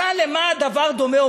משל למה הדבר דומה?